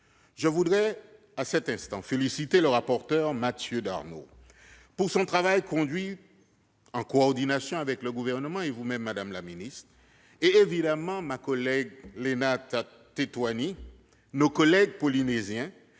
politiques, je veux féliciter le rapporteur, Mathieu Darnaud, pour son travail conduit en coordination avec le Gouvernement et vous-même, madame la ministre, et évidemment ma collègue Lana Tetuanui, nos collègues polynésiens,